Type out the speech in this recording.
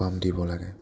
পাম দিব লাগে